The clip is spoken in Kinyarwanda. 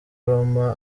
roma